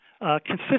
consistent